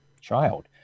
child